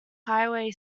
highway